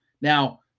Now